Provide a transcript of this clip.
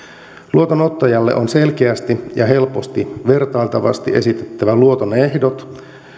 luotonottajalle on selkeästi ja helposti vertailtavasti esitettävä luoton ehdot